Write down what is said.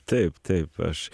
taip taip aš